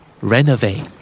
Renovate